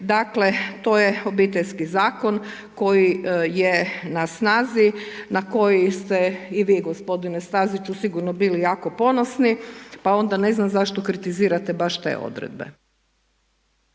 Dakle, to je Obiteljski zakon koji je na snazi, na koji ste i vi gospodine Staziću, bili jako ponosni, pa onda ne znam zašto kritizirate baš te odredbe.